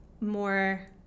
more